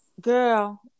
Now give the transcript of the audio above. Girl